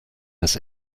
das